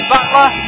Butler